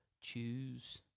choose